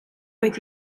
oedd